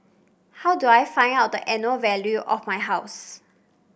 how do I find out the annual value of my house